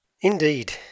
indeed